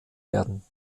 werden